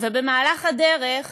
ובמהלך הדרך